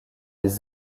les